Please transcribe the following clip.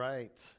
Right